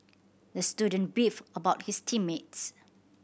the student beefed about his team mates